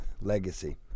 Legacy